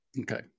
Okay